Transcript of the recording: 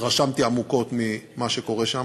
התרשמתי עמוקות ממה שקורה שם.